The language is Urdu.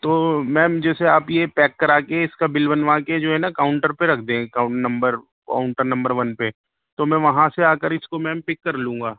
تو میم جیسے آپ یہ پیک کرا کے اس کا بل بنوا کے جو ہے نا کاؤنٹر پہ رکھ دیں account number counter number one پہ تو میں وہاں سے آ کر اس کو میم پک کر لوں گا